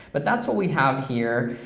but that's what we have here,